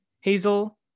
Hazel